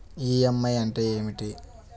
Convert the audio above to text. EMI అంటే ఏమిటి?